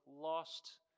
lost